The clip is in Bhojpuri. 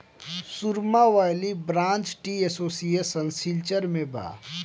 सुरमा valley branch tea association Silchar में बा